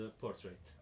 portrait